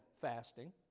Fasting